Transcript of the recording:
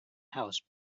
house